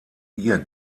ihr